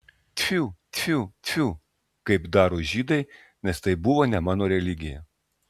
tfiu tfiu tfiu kaip daro žydai nes tai buvo ne mano religija